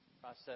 Process